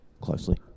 closely